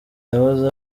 yahoze